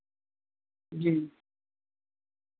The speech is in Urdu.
جی